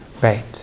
Right